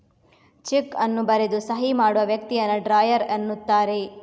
check ಅನ್ನು ಬರೆದು ಸಹಿ ಮಾಡುವ ವ್ಯಕ್ತಿಯನ್ನ ಡ್ರಾಯರ್ ಎನ್ನುತ್ತಾರೆ